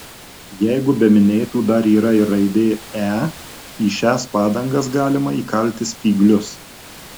jeigu be minėtų dar yra ir raidė e į šias padangas galima įkalti spyglius